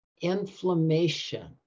inflammation